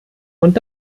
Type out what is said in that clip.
und